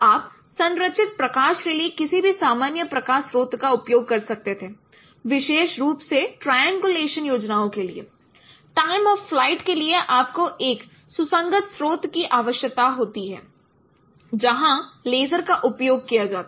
आप संरचित प्रकाश के लिए किसी भी सामान्य प्रकाश स्रोत का उपयोग कर सकते थे विशेष रूप से ट्रायंगुलेशन योजनाओं के लिए टाइम ऑफ फ़्लाइट के लिए आपको एक सुसंगत स्रोत की आवश्यकता होती है जहां लेज़र का उपयोग किया जाता है